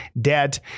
debt